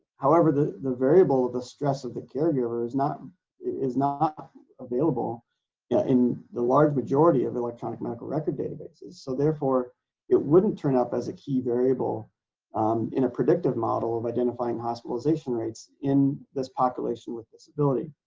however the the variable of the stress of the caregiver is not is not available in the large majority of electronic medical record databases so therefore it wouldn't turn up as a key variable in a predictive model of identifying hospitalization rates in this population with disability.